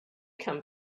come